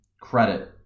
credit